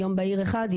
יום בהיר אחד,